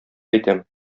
әйтәм